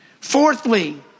Fourthly